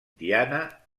diana